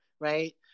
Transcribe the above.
right